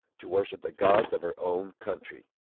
to worship the gods of her own country.